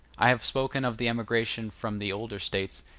i have spoken of the emigration from the older states,